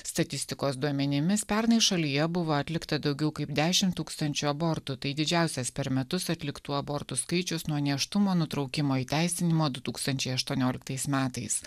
statistikos duomenimis pernai šalyje buvo atlikta daugiau kaip dešimt tūkstančių abortų tai didžiausias per metus atliktų abortų skaičius nuo nėštumo nutraukimo įteisinimo du tūkstančiai aštuonioliktais metais